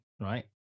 right